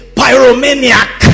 pyromaniac